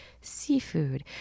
seafood